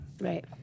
Right